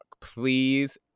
please